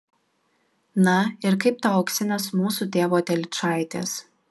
na ir kaip tau auksinės mūsų tėvo telyčaitės